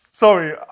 Sorry